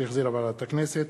שהחזירה ועדת הכנסת,